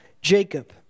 Jacob